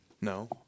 No